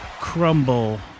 crumble